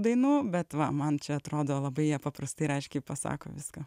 dainų bet va man čia atrodo labai jie paprastai ir aiškiai pasako viską